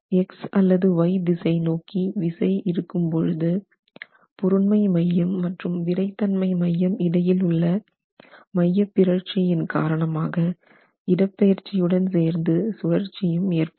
X அல்லது Y திசை நோக்கி விசை இருக்கும் போது பொருண்மை மையம் மற்றும் விறைத்தன்மை மையம் இடையிலுள்ள மையப்பிறழ்ச்சியின் காரணமாக இடப்பெயர்ச்சி உடன் சேர்ந்து சுழற்சியும் ஏற்படும்